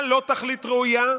מה לא תכלית ראויה?